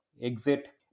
exit